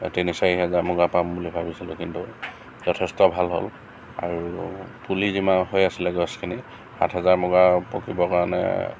এই তিনি চাৰি হাজাৰ মুগা পাম বুলি ভাবিছিলোঁ কিন্তু যথেষ্ট ভাল হ'ল আৰু পুলি যিমান হৈ আছিলে গছখিনি সাত হাজাৰ মুগা পকিবৰ কাৰণে